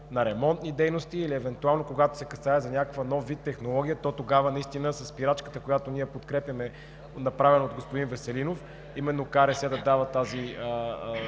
на ремонтни дейности или евентуално когато се касае за някакъв нов вид технология, то тогава наистина са спирачката, която ние подкрепяме, направена от господин Веселинов – именно КРС да дава това